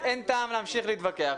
אין טעם להמשיך להתווכח.